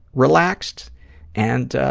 relaxed and